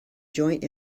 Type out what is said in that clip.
joint